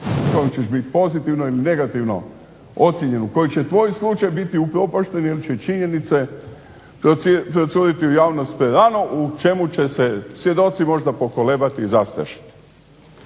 kojem ćeš biti pozitivno ili negativno ocijenjen, u kojem će tvoj slučaj biti upropašten jer će činjenice procuriti u javnost rano u čemu će se svjedoci možda pokolebati i zastrašiti.